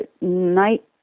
night